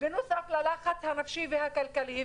בנוסף ללחץ הנפשי והכלכלי,